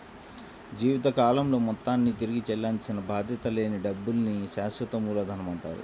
జీవితకాలంలో మొత్తాన్ని తిరిగి చెల్లించాల్సిన బాధ్యత లేని డబ్బుల్ని శాశ్వత మూలధనమంటారు